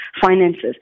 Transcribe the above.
finances